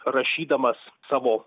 rašydamas savo